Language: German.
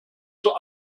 zur